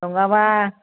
नङाबा